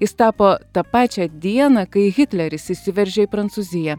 jis tapo tą pačią dieną kai hitleris įsiveržė į prancūziją